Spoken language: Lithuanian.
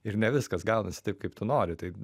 ir ne viskas gaunasi taip kaip tu nori tai